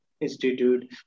institute